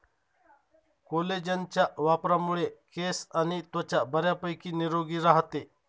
कोलेजनच्या वापरामुळे केस आणि त्वचा बऱ्यापैकी निरोगी राहते